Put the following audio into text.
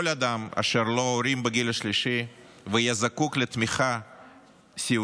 כל אדם אשר לו הורים בגיל השלישי ויהיה זקוק לתמיכה סיעודית